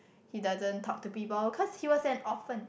he doesn't talk to people cause he was an orphan